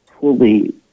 fully